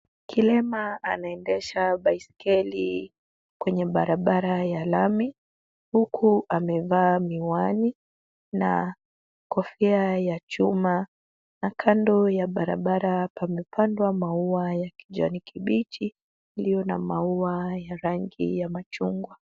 Kilema anaendesha baiskeli kwenye barabara ya lami, huku amevaa miwani na kofia ya chuma na kando ya barabara, pamepandwa maua ya kijani kibichi iliyo na maua ya rangi ya machungwa.